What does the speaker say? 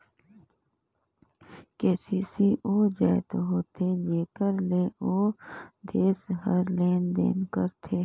currency ओ जाएत होथे जेकर ले ओ देस हर लेन देन करथे